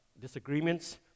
disagreements